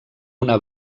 una